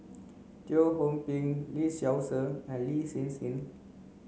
Teo Ho Pin Lee Seow Ser and Lin Hsin Hsin